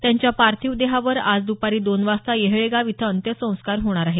त्यांच्या पार्थिव देहावर आज दुपारी दोन वाजता येहळेगाव इथं अंत्यसंस्कार होणार आहेत